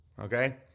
okay